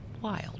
wild